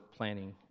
planning